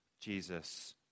Jesus